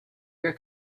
your